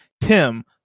Tim